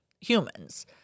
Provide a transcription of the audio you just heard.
humans